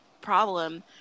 problem